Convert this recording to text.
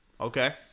Okay